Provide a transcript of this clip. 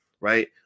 right